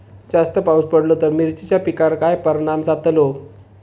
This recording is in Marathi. जास्त पाऊस पडलो तर मिरचीच्या पिकार काय परणाम जतालो?